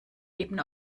eben